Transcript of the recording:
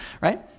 right